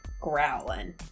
growling